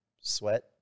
sweat